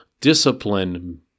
discipline